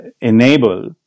enable